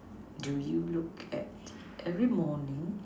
do you look at every morning